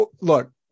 Look